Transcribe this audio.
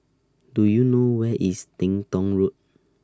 Do YOU know Where IS Teng Tong Road